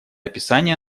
описание